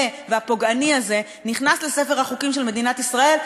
והפוגעני הזה נכנס לספר החוקים של מדינת ישראל.